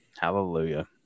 Hallelujah